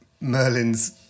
merlin's